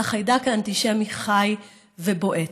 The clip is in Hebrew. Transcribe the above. אבל החיידק האנטישמי חי ובועט.